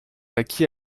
acquis